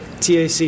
TAC